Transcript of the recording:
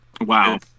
wow